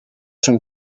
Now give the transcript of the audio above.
són